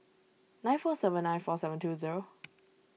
nine four seven nine four seven two zero